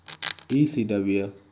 ECW